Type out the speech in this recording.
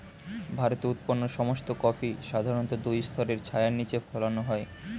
ভারতে উৎপন্ন সমস্ত কফি সাধারণত দুই স্তরের ছায়ার নিচে ফলানো হয়